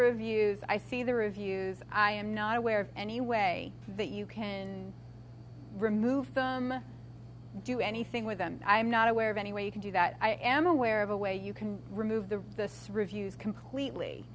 reviews i see the reviews i am not aware of any way that you can remove them do anything with them i'm not aware of any way you can do that i am aware of a way you can remove the reviews